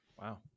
Wow